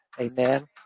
Amen